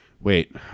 Wait